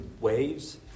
waves